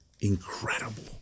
incredible